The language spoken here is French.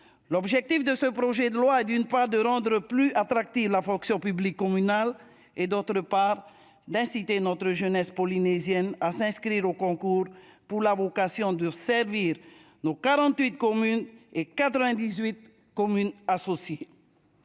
L'objectif de ce projet de loi est de rendre plus attractive la fonction publique communale et d'inciter notre jeunesse polynésienne à s'inscrire aux concours pour servir nos 48 communes et 98 communes associées.